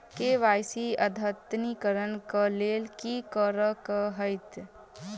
KYC अद्यतनीकरण कऽ लेल की करऽ कऽ हेतइ?